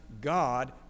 God